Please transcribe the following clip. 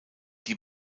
die